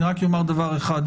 אני רק אומר דבר אחד: